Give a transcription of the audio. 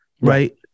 right